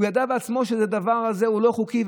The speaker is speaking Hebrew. הוא ידע בעצמו שהדבר הזה הוא לא חוקי.